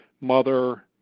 mother